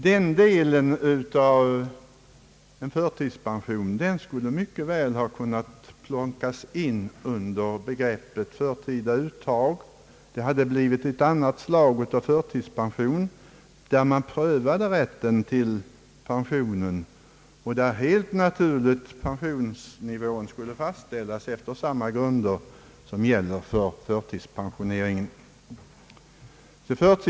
Denna del av förtidspensionen skulle mycket väl ha kunnat föras in under begreppet »förtida uttag». Detta hade då blivit ett annat slag av förtidspension där man prövade rätten till pension och där helt naturligt pensionsnivån skulle fastställas efter samma grunder som gäller för förtidspensioneringen.